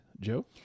Joe